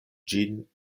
ĝin